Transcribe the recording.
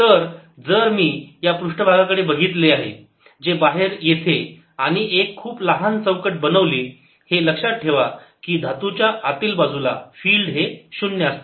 तर जर मी या पृष्ठभागाकडे बघितले बाहेर येथे आणि एक खूप लहान चौकट बनवली हे लक्षात ठेवा कि धातूच्या आतील बाजूला फिल्ड हे शून्य असते